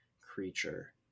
creature